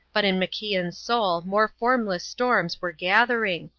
but in macian's soul more formless storms were gathering,